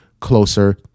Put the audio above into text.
closer